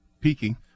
peaking